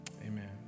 amen